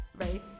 right